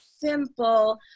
simple